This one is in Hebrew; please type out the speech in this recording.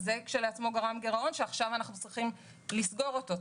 זה כשלעצמו גרם לגירעון שעכשיו אנחנו צריכים לסגור אותו,